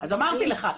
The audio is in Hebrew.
אז אמרתי לך,